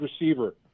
receiver